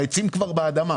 העצים כבר באדמה.